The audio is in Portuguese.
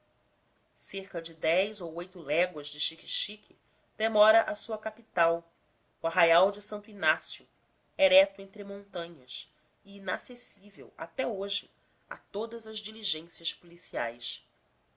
cerca de dez ou oito léguas de xiquexique demora a sua capital o arraial de santo inácio erecto entre montanhas e inacessível até hoje a todas as diligências policiais